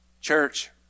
Church